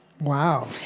Wow